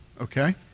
Okay